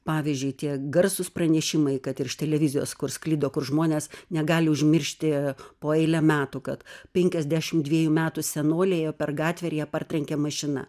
pavyzdžiui tie garsūs pranešimai kad ir iš televizijos kur sklido kur žmonės negali užmiršti po eilę metų kad penkiasdešim dviejų metų senolė ėjo per gatvę ir ją partrenkė mašina